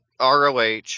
ROH